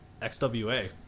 XWA